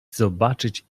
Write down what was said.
zobaczyć